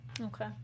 Okay